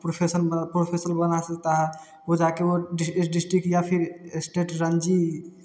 profession professional बना सकता है वह जाकर वह डिस्टिक या फिर स्टेट रनजी